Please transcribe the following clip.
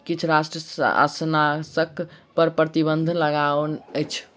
किछ राष्ट्र शाकनाशक पर प्रतिबन्ध लगौने अछि